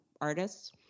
artists